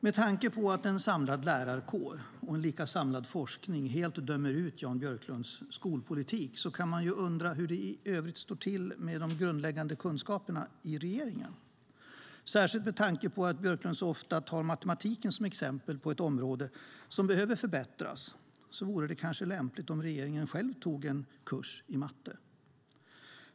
Med tanke på att en samlad lärarkår och en lika samlad forskning helt dömer ut Jan Björklunds skolpolitik kan man undra hur det i övrigt står till med de grundläggande kunskaperna i regeringen. Särskilt med tanke på att Björklund så ofta tar matematiken som exempel på ett område som behöver förbättras vore det kanske lämpligt om regeringen själv tog en kurs i matte.